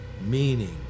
Meaning